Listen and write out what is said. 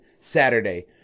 Saturday